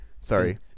Sorry